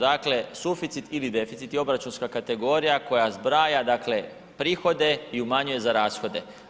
Dakle, suficit ili deficit je obračunska kategorija koja zbraja prihode i umanjuje za rashode.